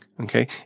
Okay